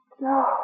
No